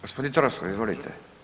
Gospodin Troskot, izvolite.